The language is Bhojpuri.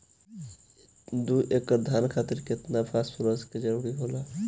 दु एकड़ धान खातिर केतना फास्फोरस के जरूरी होला?